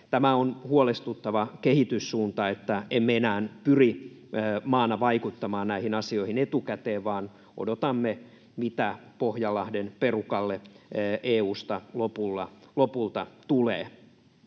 Tämä on huolestuttava kehityssuunta, että emme enää pyri maana vaikuttamaan näihin asioihin etukäteen, vaan odotamme, mitä Pohjanlahden perukalle EU:sta lopulta tulee.